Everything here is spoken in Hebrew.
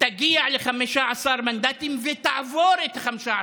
תגיע ל-15 מנדטים ותעבור את ה-15 מנדטים.